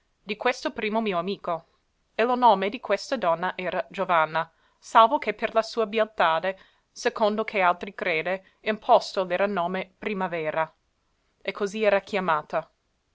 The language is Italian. di questo primo mio amico e lo nome di questa donna era giovanna salvo che per la sua bieltade secondo che altri crede imposto l'era nome primavera e così era chiamata